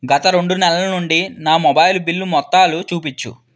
గత రెండు నెలల నుండి నా మొబైల్ బిల్లు మొత్తాలు చూపిచ్చు